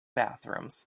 bathrooms